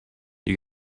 you